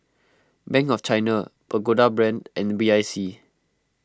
Bank of China Pagoda Brand and B I C